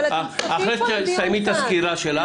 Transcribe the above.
אתם נסחפים פה לדיון צד.